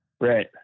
Right